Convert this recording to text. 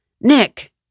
Nick